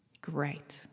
Great